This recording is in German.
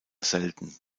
selten